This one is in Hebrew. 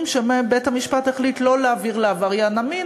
שבהם בית-המשפט החליט לא להעביר לעבריין המין,